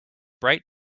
bright